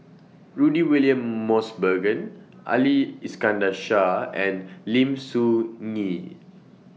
Rudy William Mosbergen Ali Iskandar Shah and Lim Soo Ngee